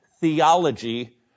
theology